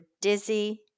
dizzy